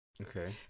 Okay